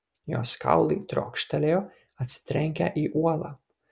jos kaulai triokštelėjo atsitrenkę į uolą